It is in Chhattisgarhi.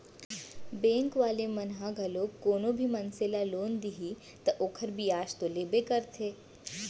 बेंक वाले मन ह घलोक कोनो भी मनसे ल लोन दिही त ओखर बियाज तो लेबे करथे